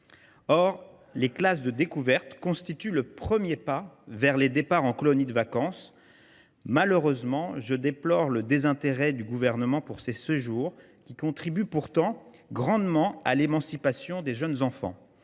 les classes de découverte constituent le premier pas vers les départs en colonies de vacances. Je déplore le désintérêt du Gouvernement pour ces séjours qui contribuent pourtant grandement à l’émancipation des jeunes enfants.